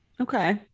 Okay